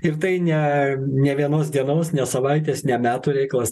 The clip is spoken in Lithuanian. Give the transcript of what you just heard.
ir tai ne ne vienos dienos ne savaitės ne metų reikalas